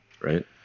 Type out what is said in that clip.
right